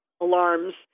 alarms